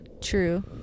True